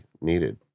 needed